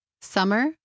summer